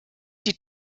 die